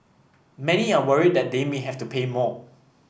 many are worried that they may have to pay more